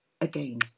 again